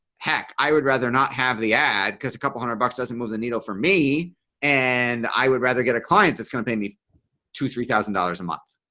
heck i would rather not have the ad because a couple hundred bucks doesn't move the needle for me and i would rather get a client that's going to pay me two-three thousand dollars a month.